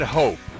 hope